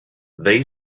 they